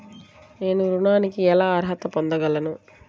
నేను ఋణానికి ఎలా అర్హత పొందగలను?